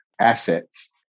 assets